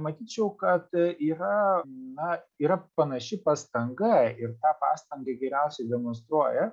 matyčiau kad yra na yra panaši pastanga ir tą pastangą geriausiai demonstruoja